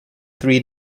three